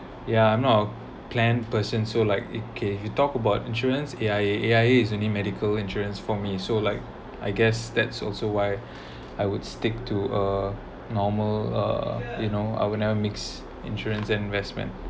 yeah I'm not a plan person so like okay you talk about insurance A_I_A A_I_A is any medical insurance for me so like I guess that's also why I would stick to a normal uh you know I will never mix insurance and investment